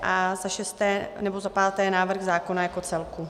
A za šesté, nebo za páté návrh zákona jako celku.